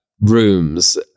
rooms